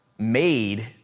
made